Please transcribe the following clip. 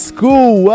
School